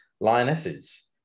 Lionesses